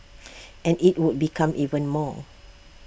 and IT would become even more